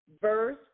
verse